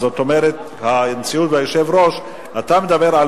זאת אומרת, הנשיאות והיושב-ראש, אתה מדבר על